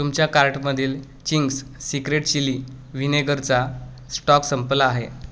तुमच्या कार्टमधील Ching's secret chilli व्हिनेगरचा स्टॉक संपला आहे